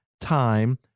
time